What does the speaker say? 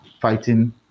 fighting